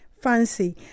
fancy